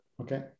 Okay